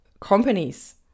companies